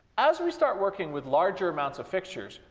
as we start working with larger amounts of fixtures,